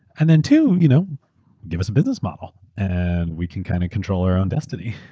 and then two, you know give us a business model and we can kind of control our own destiny.